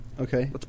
Okay